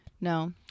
No